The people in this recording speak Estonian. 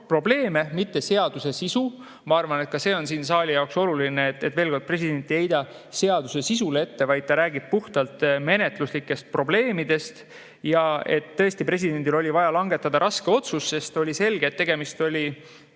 probleeme, mitte seaduse sisu. Ma arvan, et ka see on siin saali jaoks oluline, veel kord, president ei heida seaduse sisule midagi ette, vaid räägib puhtalt menetluslikest probleemidest. Tõesti, presidendil oli vaja langetada raske otsus, sest oli selge, et tegemist oli